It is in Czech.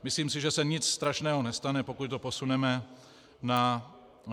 Myslím si, že se nic strašného nestane, pokud to posuneme na rok 2020.